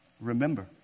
Remember